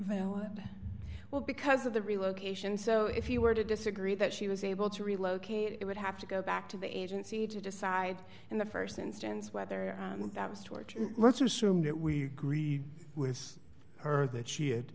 what well because of the relocation so if you were to disagree that she was able to relocate it would have to go back to the agency to decide in the st instance whether that was torture let's assume that we agreed with her that she had